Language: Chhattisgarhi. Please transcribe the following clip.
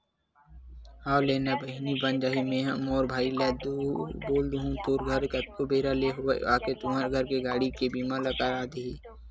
हव लेना ना बहिनी बन जाही मेंहा मोर भाई ल बोल दुहूँ तोर घर कतको बेरा ले होवय आके तुंहर घर के गाड़ी के बीमा ल कर दिही